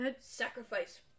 Sacrifice